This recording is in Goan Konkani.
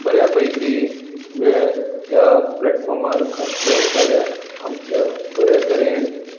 बऱ्या पैकी वेळ ह्या प्लॅटफॉर्मार घातलो जाल्यार आमच्या बऱ्या तरेन